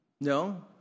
No